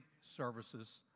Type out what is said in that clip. services